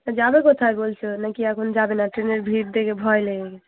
তা যাবে কোথায় বলছো নাকি এখন যাবে না ট্রেনের ভিড় দেখে ভয় লেগে গেছে